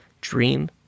Dream